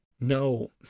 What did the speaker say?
No